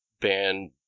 Ban